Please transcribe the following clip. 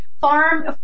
farm